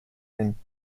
hin